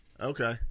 Okay